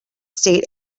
state